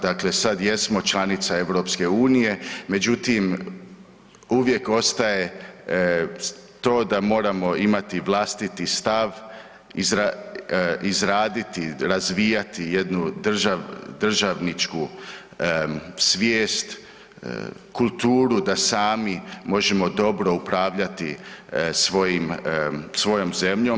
Dakle, sad jesmo članica EU, međutim uvijek ostaje to da moramo imati vlastiti stav, izraditi i razvijati jednu državničku svijest, kulturu da sami možemo dobro upravljati svojom zemljom.